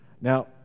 Now